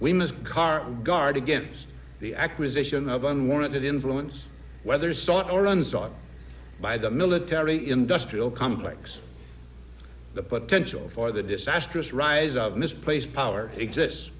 we must car guard against the acquisition of unwarranted influence whether zone or runs on by the military industrial complex the potential for the disastrous rise of misplaced power exist